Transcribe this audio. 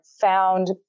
found